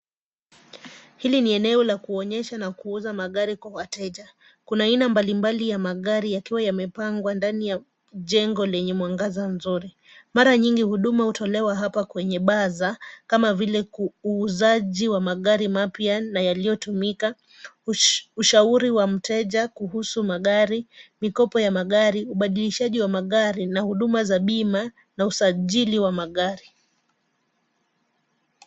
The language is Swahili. Hili ni eneo la kuonyesha na kuuza magari kwa wateja. Kuna aina mbalimbali ya magari yakiwa yamepangwa ndani ya jengo lenye mwangaza mzuri. Mara nyingi huduma hutolewa hapa kwenye bazaar kama vile uuzaji wa magari mapya na yaliyotumika, ushauri wa mteja kuhusu magari, mikopo ya magari, ubadilishaji wa magari na huduma za bima na usajili wa magari.